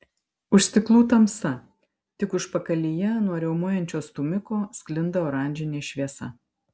už stiklų tamsa tik užpakalyje nuo riaumojančio stūmiko sklinda oranžinė šviesa